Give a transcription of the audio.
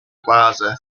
plaza